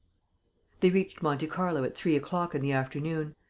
they reached monte carlo at three o'clock in the afternoon.